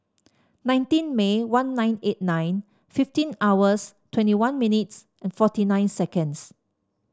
nineteen May one nine eight nine fifteen hours twenty one minutes and forty nine seconds